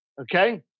Okay